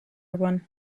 one